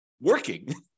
working